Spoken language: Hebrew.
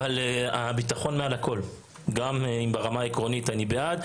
אבל הביטחון מעל הכול גם אם ברמה העקרונית אני בעד.